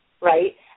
right